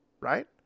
right